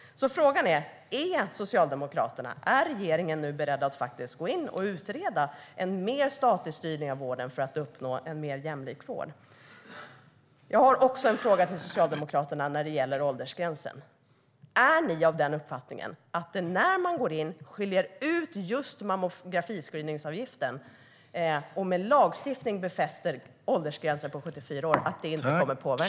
Frågan är: Är Socialdemokraterna och regeringen nu beredda att gå in och utreda en större statlig styrning av vården för att uppnå en mer jämlik vård? Jag har också en fråga till Socialdemokraterna när det gäller åldersgränsen. Är ni av uppfattningen att det inte kommer att påverka när man går in och skiljer ut just mammografiscreeningsavgiften och med lagstiftning befäster åldersgränsen på 74 år?